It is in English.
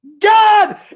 God